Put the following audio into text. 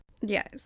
Yes